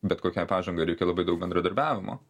bet kokiai pažangai reikia labai daug bendradarbiavimo